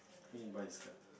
he need buy his card